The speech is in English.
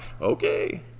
Okay